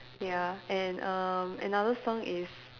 ya and err another song is